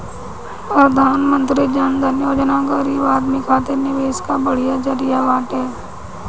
प्रधानमंत्री जन धन योजना गरीब आदमी खातिर निवेश कअ बढ़िया जरिया बाटे